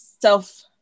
self